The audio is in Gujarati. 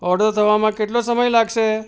ઑર્ડર થવામાં કેટલો સમય લાગશે